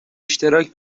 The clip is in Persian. اشتراک